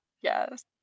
Yes